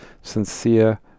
sincere